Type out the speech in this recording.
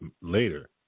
later